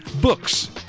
books